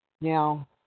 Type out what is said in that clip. Now